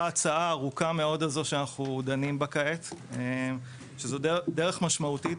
ההצעה הארוכה מאוד הזו שאנחנו דנים בה כעת שזו דרך משמעותית.